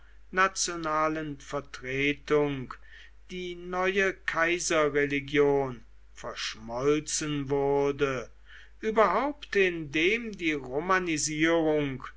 nationalen vertretung die neue kaiserreligion verschmolzen wurde überhaupt indem die romanisierung